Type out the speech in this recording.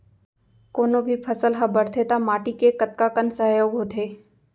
कोनो भी फसल हा बड़थे ता माटी के कतका कन सहयोग होथे?